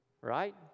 Right